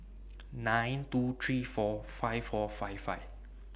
nine two three four five four five five